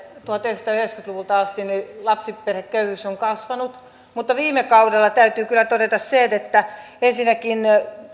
tuhatyhdeksänsataayhdeksänkymmentä luvulta asti lapsiperheköyhyys on kasvanut mutta täytyy kyllä todeta se että ensinnäkin